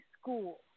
school